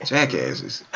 Jackasses